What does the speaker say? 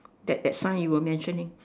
that that sign you were mentioning